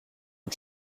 une